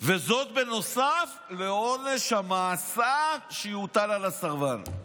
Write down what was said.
וזאת בנוסף לעונש המאסר שיוטל על הסרבן".